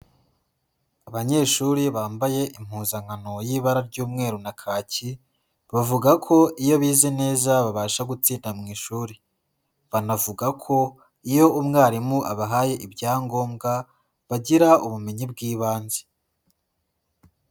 Abanyeshuri bambaye impuzankano y'ibara ry'umweru na kaki, bavuga ko iyo bize neza babasha gutsinda mu ishuri, banavuga ko iyo umwarimu abahaye ibyangombwa bagira ubumenyi bw'ibanze.